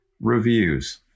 reviews